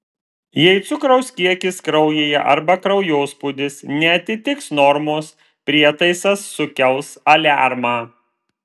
jei cukraus kiekis kraujyje arba kraujospūdis neatitiks normos prietaisas sukels aliarmą